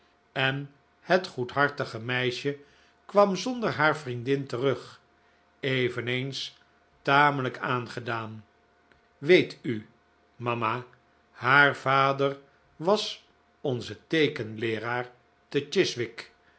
en het goedhartige meisje kwam zonder haar vriendin terug eveneens tamelijk aangedaan weet u mama haar vader was onze teekenleeraar te